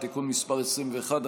תיקון מס' 21),